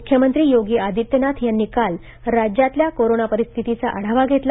मुख्यमंत्री योगी आदित्यनाथ यांनी काल राज्यातल्या कोरोना परिस्थितीचा आढावा घेतला